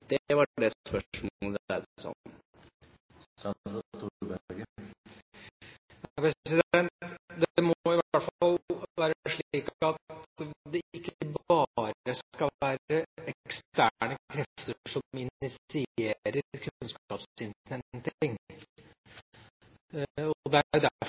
Det var det spørsmålet dreide seg om. Det må i hvert fall være slik at det ikke bare skal være eksterne krefter som initierer kunnskapsinnhenting. Det er